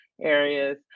areas